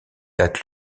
date